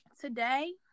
today